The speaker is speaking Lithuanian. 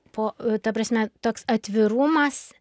po ta prasme toks atvirumas